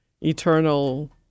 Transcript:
eternal